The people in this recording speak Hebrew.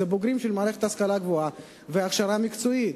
בוגרים של מערכת ההשכלה הגבוהה וההכשרה המקצועית.